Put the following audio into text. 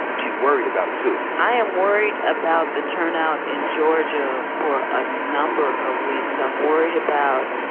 she's worried about it too. i am worried about the turnout in georgia for a number of reasons. i'm worried about